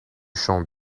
champ